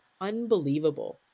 unbelievable